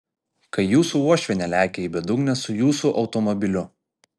kai jūsų uošvienė lekia į bedugnę su jūsų automobiliu